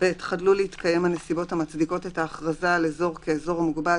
(ב)חדלו להתקיים הנסיבות המצדיקות את ההכרזה על אזור כאזור מוגבל,